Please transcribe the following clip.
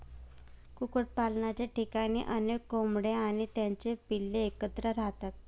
कुक्कुटपालनाच्या ठिकाणी अनेक कोंबड्या आणि त्यांची पिल्ले एकत्र राहतात